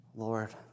Lord